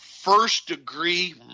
first-degree